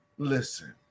Listen